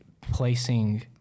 placing